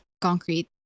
concrete